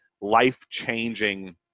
life-changing